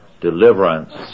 Deliverance